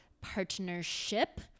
partnership